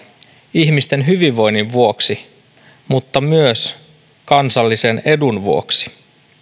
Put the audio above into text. ihmisten hyvinvoinnin vuoksi mutta myös kansallisen edun vuoksi